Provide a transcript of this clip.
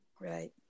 Right